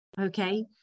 okay